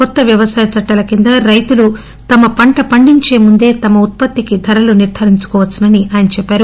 కొత్త వ్యవసాయ చట్టాల కింద రైతులు తమ పంట పండించే ముందే తమ ఉత్పత్తికి ధరలు నిర్గారించవచ్చునని ఆయన అన్నారు